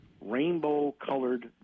rainbow-colored